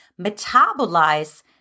metabolize